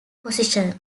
position